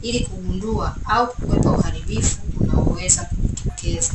ili kugundua au kukwepa uharibifu unaoweza kujitokeza.